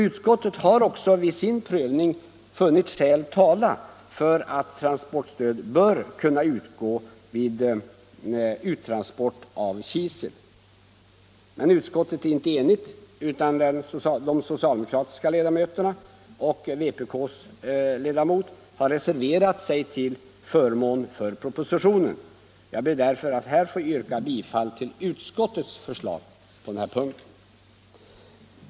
Utskottet har vid sin prövning funnit skäl tala för att transportstöd skall utgå vid uttransport av kisel. Utskottet är emellertid inte enigt, utan de socialdemokratiska ledamöterna och vpk:s ledamot har reserverat sig till förmån för propositionens förslag. Jag ber, fru talman, att få yrka bifall till utskottets förslag på den här punkten.